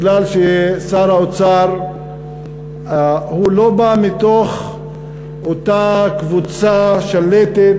כי שר האוצר לא בא מתוך אותה קבוצה שלטת